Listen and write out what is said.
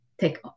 take